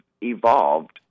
evolved